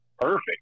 Perfect